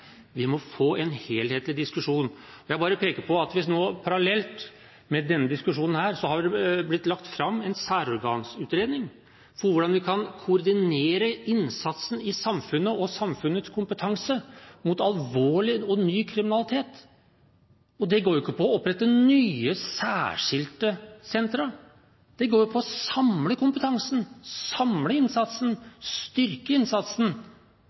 Vi må få en helhetlig diskusjon. Jeg peker bare på at det nå, parallelt med denne diskusjonen, har blitt lagt fram en særorgansutredning for hvordan vi kan koordinere innsatsen i samfunnet og samfunnets kompetanse mot alvorlig og ny kriminalitet. Og det går ikke på å opprette nye særskilte sentra, men på å samle kompetansen, samle innsatsen og styrke innsatsen.